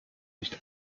nicht